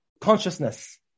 consciousness